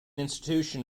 institution